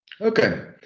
Okay